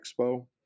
expo